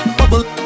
bubble